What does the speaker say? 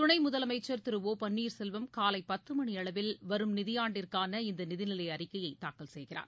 துணை முதலமைச்சர் திரு ஒ பள்ளீர் செல்வம் காலை பத்து மணியளவில் வரும் நிதியாண்டிற்கான இந்த நிதிநிலை அறிக்கையை தாக்கல் செய்கிறார்